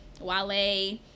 Wale